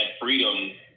freedom